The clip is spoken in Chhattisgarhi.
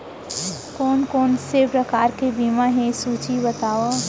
कोन कोन से प्रकार के बीमा हे सूची बतावव?